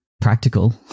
practical